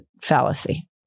fallacy